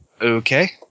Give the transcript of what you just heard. Okay